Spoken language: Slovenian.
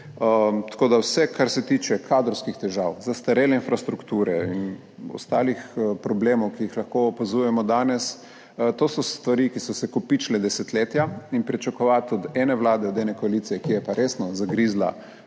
Tako da vse, kar se tiče kadrovskih težav, zastarele infrastrukture in ostalih problemov, ki jih lahko opazujemo danes, to so stvari, ki so se kopičile desetletja in pričakovati od ene vlade, od ene koalicije, ki je pa resno zagrizla